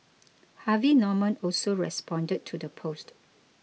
Harvey Norman also responded to the post